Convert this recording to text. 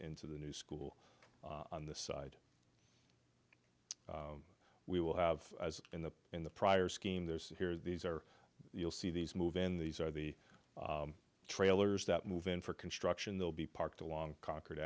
into the new school on the side we will have in the in the prior scheme there's here these are you'll see these move in these are the trailers that move in for construction they'll be parked along conquered